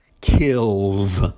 kills